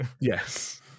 Yes